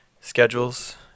schedules